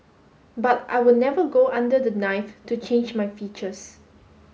but I would never go under the knife to change my features